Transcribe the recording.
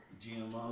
GMO